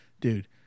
dude